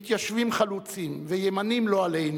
מתיישבים חלוצים וימנים, לא עלינו,